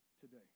today